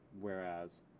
whereas